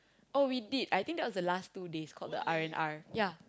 oh we did I think that was the last two days called the R-and-R yeah